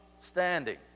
standing